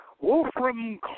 Wolfram